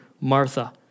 Martha